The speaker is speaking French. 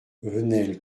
venelle